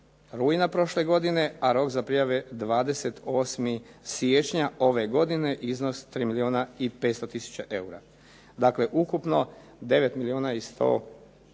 rujna prošle godine a rok za prijave 28. siječnja ove godine, iznos 3 milijuna i 500 tisuća eura. Dakle, ukupno 9 milijuna i 120 tisuća